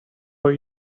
for